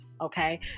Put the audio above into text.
Okay